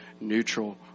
neutral